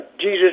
Jesus